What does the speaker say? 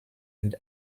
and